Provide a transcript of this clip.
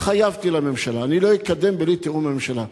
התחייבתי לממשלה שאני לא אקדם ללא תיאום עם הממשלה.